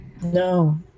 No